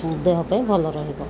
ଦେହ ପାଇଁ ଭଲ ରହିବ